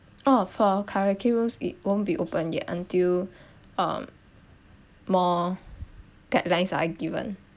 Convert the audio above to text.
oh for karaoke rooms it won't be open yet until um more guidelines are given